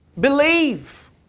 Believe